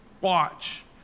watch